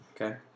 Okay